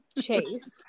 Chase